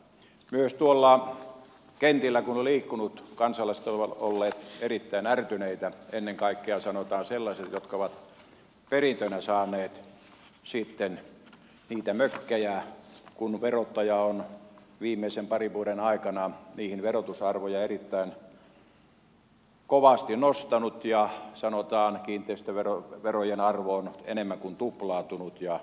myös tuolla kentillä kun on liikkunut kansalaiset ovat olleet erittäin ärtyneitä ennen kaikkea sanotaan sellaiset jotka ovat perintönä saaneet niitä mökkejä kun verottaja on viimeisen parin vuoden aikana niiden verotusarvoja erittäin kovasti nostanut ja kiinteistöverojen arvo on enemmän kuin tuplaantunut